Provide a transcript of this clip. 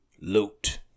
loot